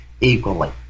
equally